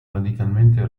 radicalmente